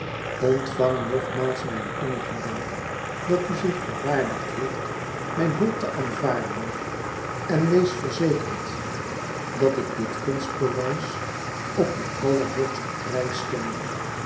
ontvang nogmaals mijn innigen dank dat u zich verwaardigd heeft mijn hulp te aanvaarden en wees verzekerd dat ik dit gunstbewijs op den allerhoogsten prijs stel